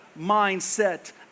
mindset